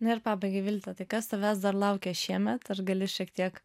na ir pabaigai vilte tai kas tavęs dar laukia šiemet ar gali šiek tiek